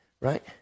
Right